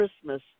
Christmas